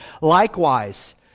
Likewise